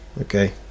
okay